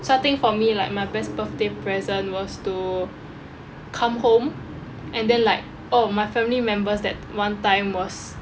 so I think for me like my best birthday present was to come home and then like all of my family members that t~ one time was